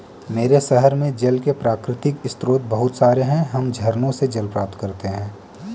मेरे शहर में जल के प्राकृतिक स्रोत बहुत सारे हैं हम झरनों से जल प्राप्त करते हैं